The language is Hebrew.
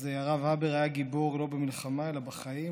אז הרב הבר היה גיבור לא במלחמה אלא בחיים,